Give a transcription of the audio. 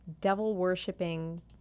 devil-worshipping